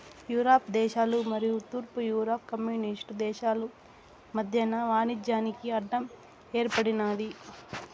Europe దేశాలు మరియు తూర్పు యూరప్ కమ్యూనిస్టు దేశాలు మధ్యన వాణిజ్యానికి అడ్డం ఏర్పడినాది